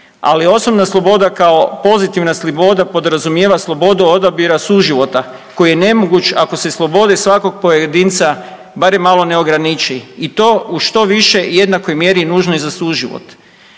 ali osobna sloboda kao pozitivna sloboda podrazumijeva slobodu odabira suživota koji je nemoguć ako se slobode svakog pojedinca barem malo ne ograniči i to u što više i jednakoj mjeri nužnoj za suživot.